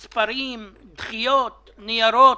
מספרים, דחיות, ניירות.